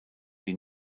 die